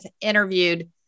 interviewed